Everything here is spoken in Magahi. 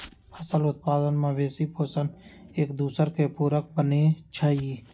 फसल उत्पादन, मवेशि पोशण, एकदोसर के पुरक बनै छइ